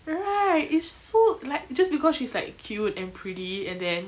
right it's so like just because she's like cute and pretty and then